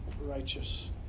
Righteous